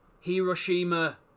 Hiroshima